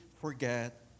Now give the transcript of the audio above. forget